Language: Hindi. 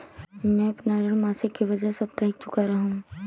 मैं अपना ऋण मासिक के बजाय साप्ताहिक चुका रहा हूँ